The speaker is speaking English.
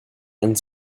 and